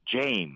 James